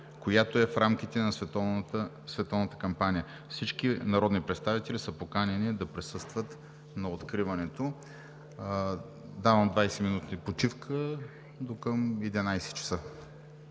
която е в рамките на световната кампания. Всички народни представители са поканени да присъстват на откриването. Давам 20 минути почивка.